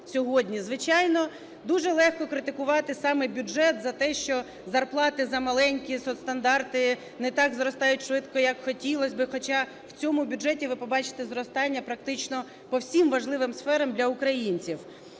Звичайно, дуже легко критикувати саме бюджет за те, що зарплати замаленькі і соцстандарти не так зростають швидко, як хотілось би. Хоча в цьому бюджеті ви побачите зростання практично по всім важливим сферам для українців.